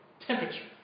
temperature